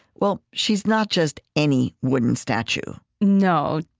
well, she's not just any wooden statue no.